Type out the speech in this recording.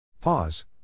Pause